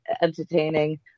entertaining